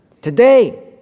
Today